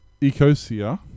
Ecosia